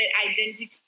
identity